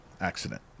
accident